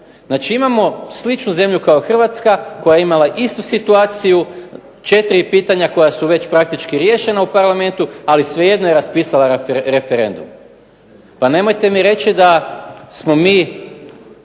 Znači imamo sličnu zemlju kao Hrvatska, koja je imala istu situaciju, četiri je pitanja koja su već praktički riješena u Parlamentu, ali svejedno je raspisala referendum. Pa nemojte mi reći da smo mi